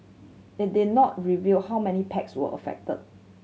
it did not reveal how many packs were affected